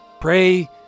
Pray